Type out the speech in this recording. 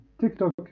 TikTok